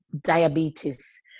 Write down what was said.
diabetes